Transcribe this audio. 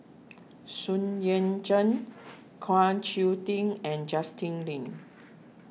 Sun Yan Zhen Kwa Choo Tee and Justin Lean